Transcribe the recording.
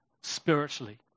spiritually